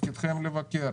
תפקידכם לבקר.